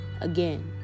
again